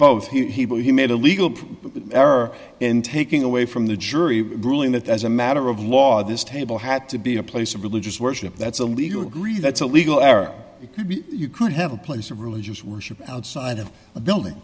both he made a legal error in taking away from the jury ruling that as a matter of law this table had to be a place of religious worship that's a legal agree that's a legal area you could have a place of religious worship outside of a building